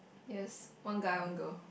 yes one guy one girl